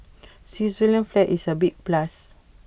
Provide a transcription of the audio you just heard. Switzerland's flag is A big plus